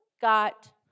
got